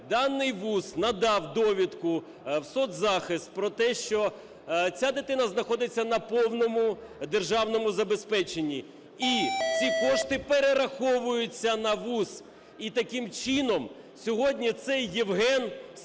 даний вуз надав довідку в соцзахист про те, що ця дитина знаходиться на повному державному забезпеченні і ці кошти перераховуються на вуз, і таким чином сьогодні цей Євген сплачує